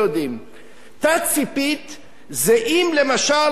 תת-ספית זה אם למשל חברת "אורנג'"